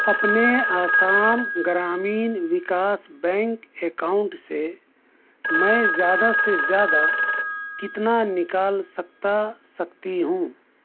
اپنے Assam Gramin Vikas bank account سے میں زیادہ سے زیادہ کتنا نکال سکتا سکتی ہوں